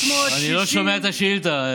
אני לא שומע את השאילתה,